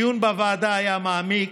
הדיון בוועדה היה מעמיק,